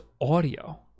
audio